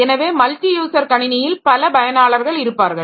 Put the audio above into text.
எனவே multi user கணினியில் பல பயனாளர்கள் இருப்பார்கள்